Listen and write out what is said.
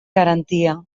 garantia